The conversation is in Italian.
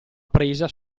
presa